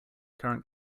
current